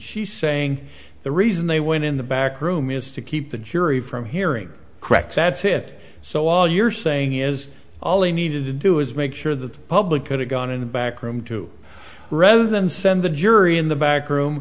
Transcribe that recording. she's saying the reason they went in the back room is to keep the jury from hearing correct that's it so all you're saying is all they needed to do is make sure that the public could have gone in the back room to row them send the jury in the back room